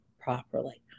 properly